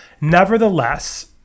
Nevertheless